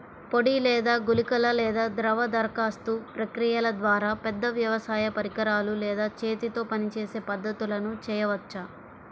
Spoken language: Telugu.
పొడి లేదా గుళికల లేదా ద్రవ దరఖాస్తు ప్రక్రియల ద్వారా, పెద్ద వ్యవసాయ పరికరాలు లేదా చేతితో పనిచేసే పద్ధతులను చేయవచ్చా?